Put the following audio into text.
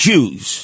Jews